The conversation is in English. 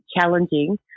challenging